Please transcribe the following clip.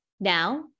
Now